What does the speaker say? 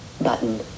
button